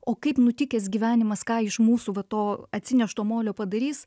o kaip nutikęs gyvenimas ką iš mūsų va to atsinešto molio padarys